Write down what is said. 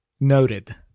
Noted